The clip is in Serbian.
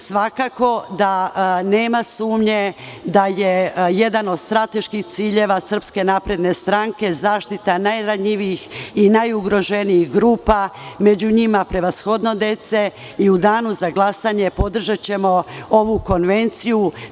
Svakako da nema sumnje da je jedan od strateških ciljeva SNS zaštita najranjivijih i najugroženijih grupa, među njima prevashodno dece i u danu za glasanje ćemo podržati ovu Konvenciju.